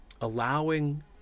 allowing